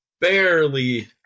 barely